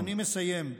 אני מסיים.